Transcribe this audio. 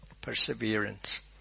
perseverance